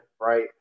Right